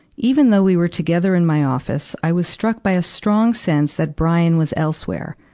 even though we were together in my office, i was struck by a strong sense that brian was elsewhere.